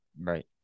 Right